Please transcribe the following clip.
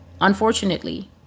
unfortunately